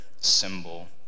symbol